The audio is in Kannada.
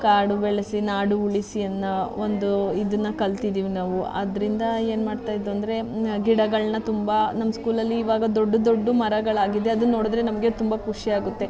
ಕಾಡು ಬೆಳೆಸಿ ನಾಡು ಉಳಿಸಿ ಅನ್ನೋ ಒಂದು ಇದನ್ನ ಕಲ್ತಿದೀವಿ ನಾವು ಅದರಿಂದ ಏನು ಮಾಡ್ತಾ ಇದ್ವು ಅಂದರೆ ಗಿಡಗಳನ್ನ ತುಂಬ ನಮ್ಮ ಸ್ಕೂಲಲ್ಲಿ ಇವಾಗ ದೊಡ್ಡ ದೊಡ್ಡ ಮರಗಳಾಗಿದೆ ಅದನ್ನ ನೋಡಿದರೆ ನಮಗೆ ತುಂಬ ಖುಷಿ ಆಗುತ್ತೆ